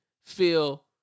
feel